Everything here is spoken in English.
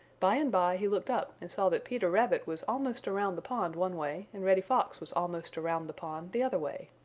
by and by he looked up and saw that peter rabbit was almost around the pond one way and reddy fox was almost around the pond the other way.